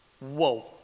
Whoa